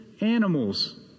animals